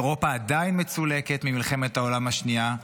אירופה עדיין מצולקת ממלחמת העולם השנייה,